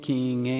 King